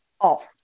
off